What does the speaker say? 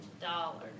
dollars